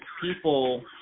people